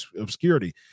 obscurity